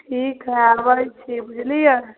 ठीक हइ आबै छी बुझलिए